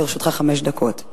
לרשותך חמש דקות.